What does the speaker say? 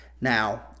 Now